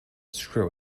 screw